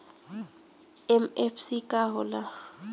MFC का होला?